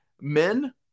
Men